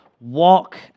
Walk